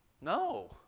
No